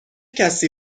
کسی